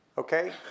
Okay